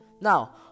Now